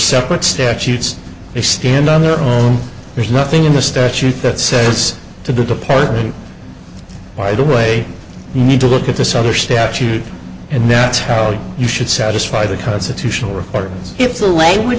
separate statutes they stand on their own there's nothing in the statute that says to the department by the way you need to look at this other statute and that's how you should satisfy the constitutional